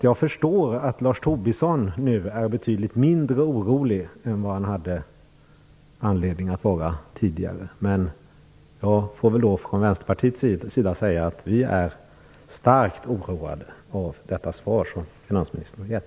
Jag förstår att Lars Tobisson nu är betydligt mindre orolig än vad han hade anledning att vara tidigare. Men jag får lov att säga att vi i Vänsterpartiet är starkt oroade av det svar som finansministern gett.